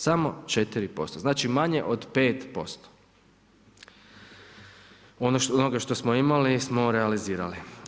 Samo 4%, znači manje od 5% od onoga što smo imali smo realizirali.